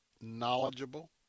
knowledgeable